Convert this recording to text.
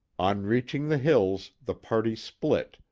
on reaching the hills, the party split,